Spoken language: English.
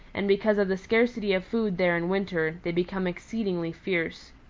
and because of the scarcity of food there in winter, they become exceedingly fierce.